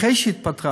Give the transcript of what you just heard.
אחרי שהיא התפטרה,